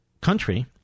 country